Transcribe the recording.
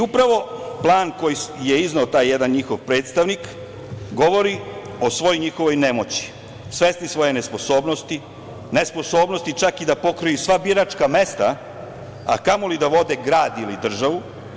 Upravo plan koji je izneo taj jedan njihov predstavnik govori o svoj njihovoj nemoći, svesni svoje nesposobnosti, nesposobnosti čak i da pokriju sva biračka mesta, a kamoli da vode grad ili državu.